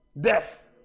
Death